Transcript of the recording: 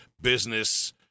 business